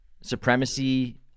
Supremacy